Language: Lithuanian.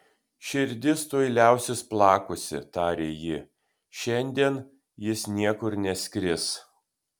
širdis tuoj liausis plakusi tarė ji šiandien jis niekur neskris